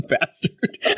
bastard